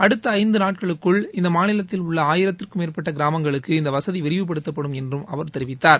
அடுத்த ஐந்து நாட்களுக்குள் இந்த மாநிலத்தில் உள்ள ஆயிரத்திற்கும் மேற்பட்ட கிராமங்களுக்கு இந்த வசதி விரிவுப்படுத்தப்படும் என்று அவர் தெரிவித்தார்